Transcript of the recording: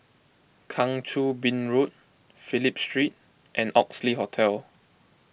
Kang Choo Bin Road Phillip Street and Oxley Hotel